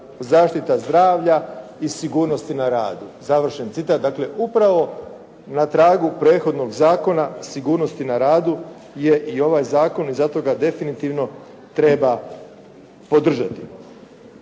zaštita zdravlja i sigurnosti na radu. Završen citat. Dakle, upravo na tragu prethodnog Zakona sigurnosti na radu je i ovaj zakon i zato ga definitivno treba podržati.